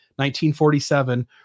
1947